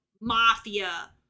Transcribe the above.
Mafia